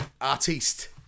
artiste